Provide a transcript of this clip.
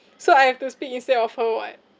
so I have to speak instead of her [what]